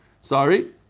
sorry